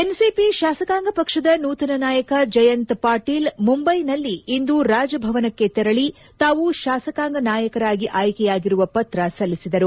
NCP ಶಾಸಕಾಂಗ ಪಕ್ಷದ ನೂತನ ನಾಯಕ ಜಯಂತ್ ಪಾಟೀಲ್ ಮುಂಬೈನಲ್ಲಿಂದು ರಾಜಭವನಕ್ಕೆ ತೆರಳಿ ತಾವು ಶಾಸಕಾಂಗ ನಾಯಕರಾಗಿ ಆಯ್ಕೆಯಾಗಿರುವ ಪತ್ರ ಸಲ್ಲಿಸಿದರು